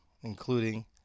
including